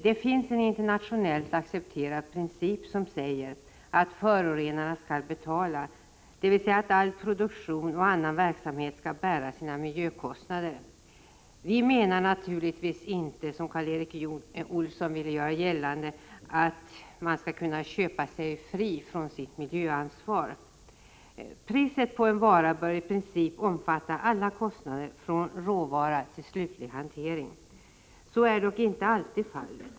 Det finns en internationellt accepterad princip som säger att förorenarna skall betala, dvs. att all produktion och annan verksamhet skall bära sina miljökostnader. Vi menar naturligtvis inte, som Karl Erik Olsson ville göra gällande, att man skall kunna köpa sig fri från sitt miljöansvar. Priset på en vara bör i princip omfatta alla kostnader från råvara till slutlig hantering. Så är dock inte alltid fallet.